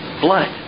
Blood